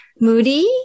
moody